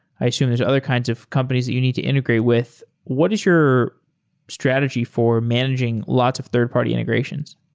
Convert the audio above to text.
i assume there's other kinds of companies that you need to integrate with. what is your strategy for managing lots of third-party integrations?